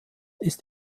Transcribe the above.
ist